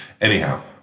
Anyhow